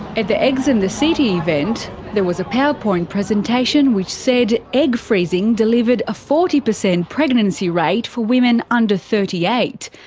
at the eggs in the city event there was a power point presentation which said egg freezing delivered a forty percent pregnancy rate for women under thirty eight,